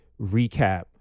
recap